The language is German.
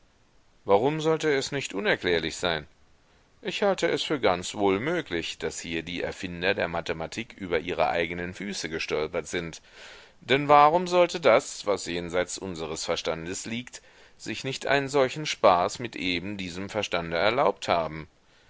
warum sollte es nicht unerklärlich sein ich halte es für ganz wohl möglich daß hier die erfinder der mathematik über ihre eigenen füße gestolpert sind denn warum sollte das was jenseits unseres verstandes liegt sich nicht einen solchen spaß mit eben diesem verstande erlaubt haben